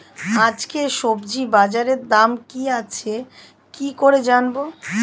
আজকে সবজি বাজারে দাম কি আছে কি করে জানবো?